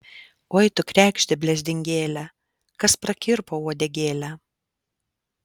oi tu kregžde blezdingėle kas prakirpo uodegėlę